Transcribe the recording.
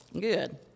good